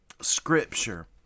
Scripture